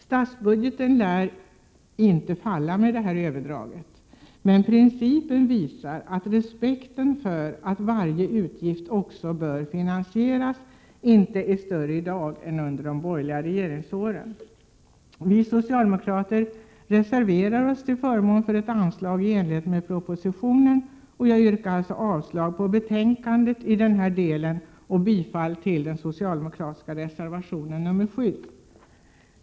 Statsbudgeten lär inte falla med detta överdrag, men principen visar att respekten för att varje utgift också bör finansieras inte är större i dag än under de borgerliga regeringsåren. Vi socialdemokrater reserverar oss till förmån för ett anslag i enlighet med propositionen. Jag yrkar alltså avslag på hemställan i betänkandet i denna del och bifall till den socialdemokratiska reservationen nr 9.